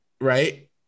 right